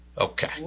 Okay